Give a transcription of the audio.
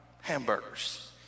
hamburgers